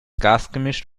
gasgemisch